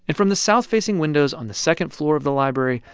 and from the south-facing windows on the second floor of the library,